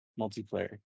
multiplayer